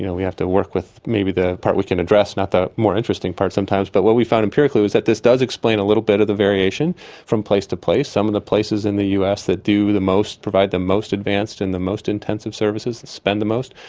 you know we have to work with maybe the part we can address, not the more interesting part sometimes. but what we found empirically was that this does explain a little bit of the variation from place to place some of the places in the us that do the most. provide the most advanced and the most intensive services, and spend the most,